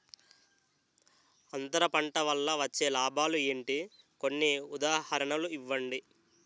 అంతర పంట వల్ల వచ్చే లాభాలు ఏంటి? కొన్ని ఉదాహరణలు ఇవ్వండి?